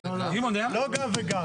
לא גם וגם,